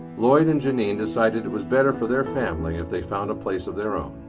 lloyd and janine decided it was better for their family if they found a place of their own.